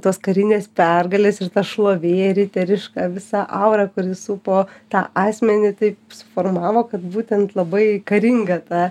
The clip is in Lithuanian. tos karinės pergalės ir ta šlovė riteriška visą aurą kuri supo tą asmenį taip suformavo kad būtent labai karinga ta